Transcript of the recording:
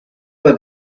were